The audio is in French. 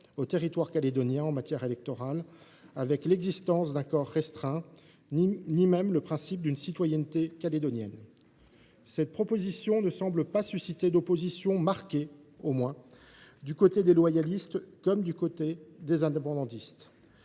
au territoire calédonien en matière électorale, avec l’existence d’un corps restreint, ni même le principe d’une citoyenneté calédonienne. Cette proposition ne semble pas susciter d’opposition marquée du côté des loyalistes comme du côté des indépendantistes.